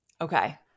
Okay